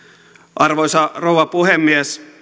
arvoisa rouva puhemies